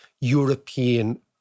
European